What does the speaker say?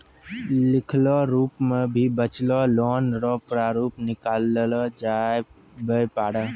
लिखलो रूप मे भी बचलो लोन रो प्रारूप निकाललो जाबै पारै